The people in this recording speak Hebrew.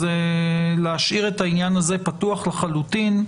אז להשאיר את העניין הזה פתוח לחלוטין,